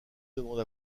demande